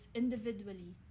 individually